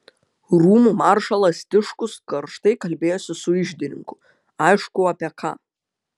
rūmų maršalas tiškus karštai kalbėjosi su iždininku aišku apie ką